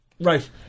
Right